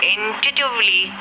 Intuitively